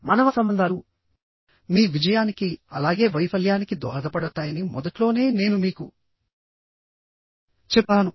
మానవ సంబంధాలు మీ విజయానికి అలాగే వైఫల్యానికి దోహదపడతాయని మొదట్లోనే నేను మీకు చెప్పాను